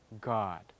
God